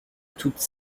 toutes